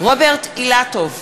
רוברט אילטוב,